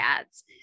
ads